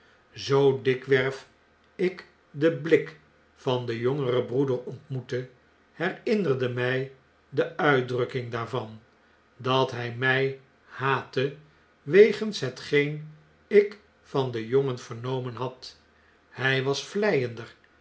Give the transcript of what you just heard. zoo dikwerf ik den blik van den jongeren broeder ontmoette herinnerde mg de uitdrukking daarvan dat hj mg haatte wegens hetgeen ik van den jongen vernomen had hg was vleiender